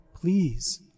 Please